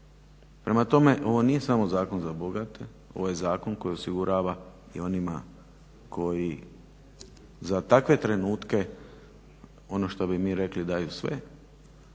Prema tome ovo nije samo zakon za bogate, ovo je zakon koji osigurava i onima koji za takve trenutke ono što bi mi rekli daju sve,